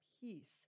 peace